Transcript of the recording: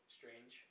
Strange